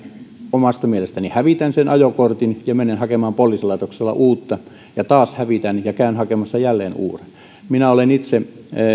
omasta mielestäni hävitän sen ajokortin ja menen hakemaan poliisilaitokselta uutta ja taas hävitän ja käyn hakemassa jälleen uuden minä olen itse